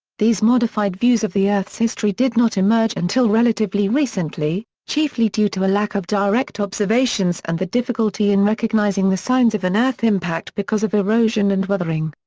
these modified views of the earth's history did not emerge until relatively recently, chiefly due to a lack of direct observations and the difficulty in recognizing the signs of an earth impact because of erosion and weathering.